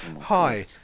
hi